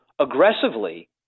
aggressively